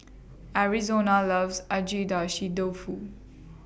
Arizona loves Agedashi Dofu